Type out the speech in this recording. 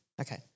Okay